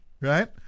right